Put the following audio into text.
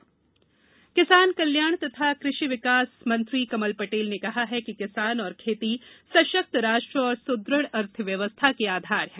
किसान सम्मेलन किसान कल्याण तथा कृषि विकास मंत्री कमल पटेल ने कहा कि किसान और खेती सशक्त राष्ट्र और सुदृढ़ अर्थव्यवस्था के आधार हैं